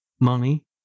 money